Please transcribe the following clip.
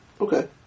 okay